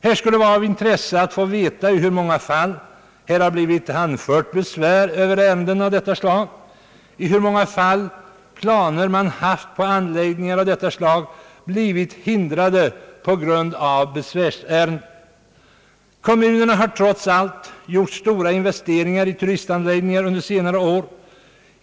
Det skulle vara av intresse att få veta i hur många fall besvär anförts över ärenden av detta slag och i hur många fall de planer man haft på sådana anläggningar blivit hindrade på grund av besvärsärenden. Kommunerna har trots allt gjort stora investeringar i turistanläggningar under senare år.